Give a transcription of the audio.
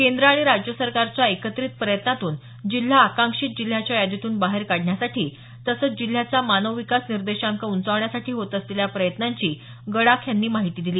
केंद्र आणि राज्य सरकारच्या एकत्रित प्रयत्नातून जिल्हा आकांक्षीत जिल्ह्याच्या यादीतून बाहेर काढण्यासाठी तसंच जिल्ह्याचा मानव विकास निर्देशांक उंचावण्यासाठी होत असलेल्या प्रयत्नांची गडाख यांनी माहिती दिली